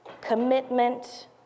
commitment